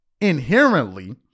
inherently